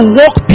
walk